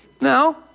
No